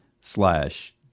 slash